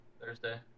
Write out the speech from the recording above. Thursday